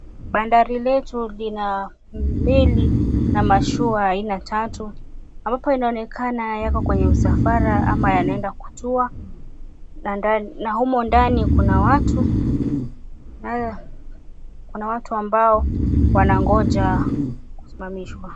Bandari letu lina meli na mashua ya aina tatu mbayo yanaonekana yako kwenye msafara au katika kutua na ndani na humo ndani kuna watu ambao wanangoja kusimamishwa.